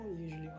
usually